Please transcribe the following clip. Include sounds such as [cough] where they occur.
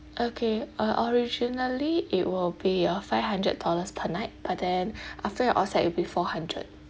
okay uh originally it will be a five hundred dollars per night but then [breath] after your offset it'll be four hundred